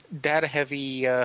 data-heavy